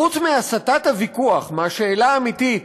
חוץ מהסטת הוויכוח מהשאלה האמיתית,